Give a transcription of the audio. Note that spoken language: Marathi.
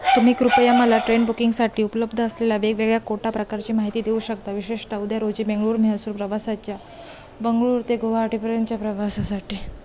तुम्ही कृपया मला ट्रेन बुकिंगसाठी उपलब्ध असलेल्या वेगवेगळ्या कोटा प्रकाराची माहिती देऊ शकता विशेषतः उद्या रोजी बंगळुरू म्हैसूर प्रवासाच्या बंगळुरू ते गुवाहाटीपर्यंतच्या प्रवासासाठी